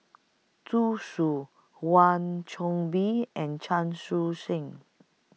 Zhu Xu Wan Soon Bee and Chan Chun Sing